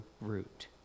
root